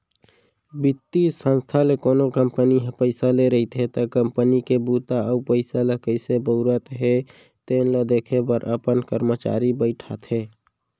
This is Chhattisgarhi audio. बित्तीय संस्था ले कोनो कंपनी ह पइसा ले रहिथे त कंपनी के बूता अउ पइसा ल कइसे बउरत हे तेन ल देखे बर अपन करमचारी बइठाथे